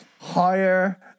higher